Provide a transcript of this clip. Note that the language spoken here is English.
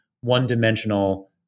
one-dimensional